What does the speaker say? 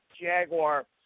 Jaguar